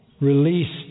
released